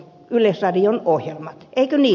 eikö niin ed